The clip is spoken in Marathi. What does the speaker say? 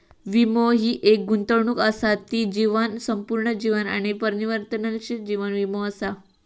वीमो हि एक गुंतवणूक असा ती जीवन, संपूर्ण जीवन आणि परिवर्तनशील जीवन वीमो असा